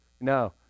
No